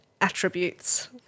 attributes